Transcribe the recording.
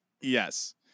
Yes